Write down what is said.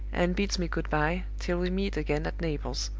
and bids me good-by, till we meet again at naples.